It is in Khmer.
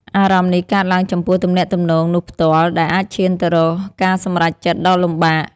អារម្មណ៍នេះកើតឡើងចំពោះទំនាក់ទំនងនោះផ្ទាល់ ដែលអាចឈានទៅរកការសម្រេចចិត្តដ៏លំបាក។